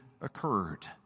occurred